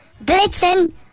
Blitzen